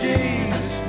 Jesus